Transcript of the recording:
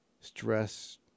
stress